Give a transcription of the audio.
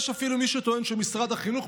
יש אפילו מי שטוען שמשרד החינוך,